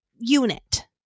unit